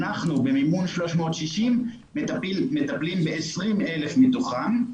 אנחנו במימון 360 מטפלים ב-20,000 מתוכם,